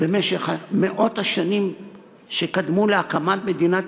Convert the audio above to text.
במשך מאות השנים שקדמו להקמת מדינת